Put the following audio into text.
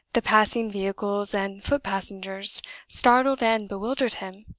the passing vehicles and foot-passengers startled and bewildered him.